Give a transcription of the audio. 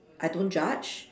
I don't judge